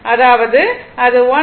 அதாவது அது 1